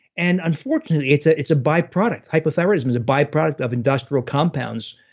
and unfortunately, it's ah it's a byproduct. hypothyroidism is a byproduct of industrial compounds,